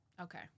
okay